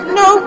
no